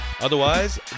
Otherwise